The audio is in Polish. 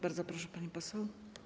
Bardzo proszę, pani poseł.